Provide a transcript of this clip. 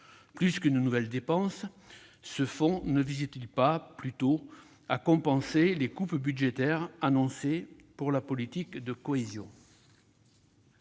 financer de nouvelles dépenses, ce fonds ne vise-t-il pas à compenser les coupes budgétaires annoncées pour la politique de cohésion ?